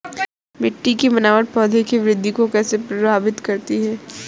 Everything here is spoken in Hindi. मिट्टी की बनावट पौधों की वृद्धि को कैसे प्रभावित करती है?